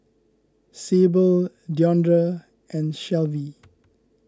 Sable Deondre and Shelvie